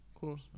Cool